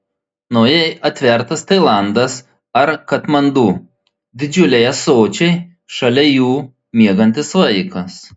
naujai atvertas tailandas ar katmandu didžiuliai ąsočiai šalia jų miegantis vaikas